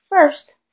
first